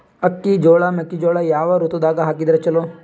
ಅಕ್ಕಿ, ಜೊಳ, ಮೆಕ್ಕಿಜೋಳ ಯಾವ ಋತುದಾಗ ಹಾಕಿದರ ಚಲೋ?